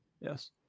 Yes